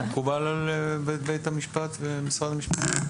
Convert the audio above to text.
זה מקובל על בית המשפט ומשרד המשפטים?